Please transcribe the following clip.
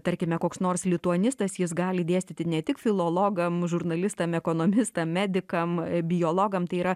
tarkime koks nors lituanistas jis gali dėstyti ne tik filologam žurnalistam ekonomistam medikam biologam tai yra